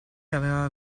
aveva